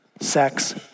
sex